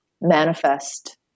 manifest